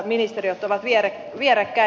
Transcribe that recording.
ministeriöt ovat vierekkäin